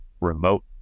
remote